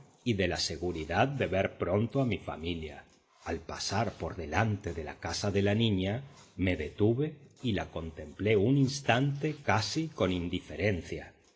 y de la seguridad de ver pronto a mi familia al pasar por delante de la casa de la niña me detuve y la contemplé un instante casi con indiferencia